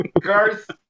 Garth